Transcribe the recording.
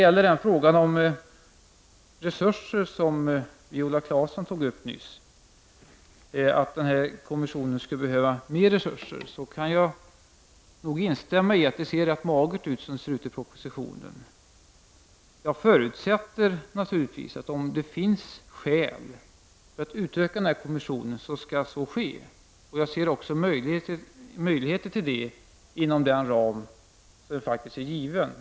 Viola Claesson sade nyss att kommissionen behöver mer resurser, och jag kan nog instämma i att det ser rätt magert ut i propositionen. Jag förutsätter naturligtvis att om det finns skäl för att utöka kommisssionen, skall så ske. Jag ser också möjligheter till det inom den ram som faktiskt är given.